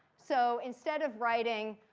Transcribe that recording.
so instead of writing,